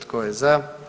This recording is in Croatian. Tko je za?